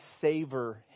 savor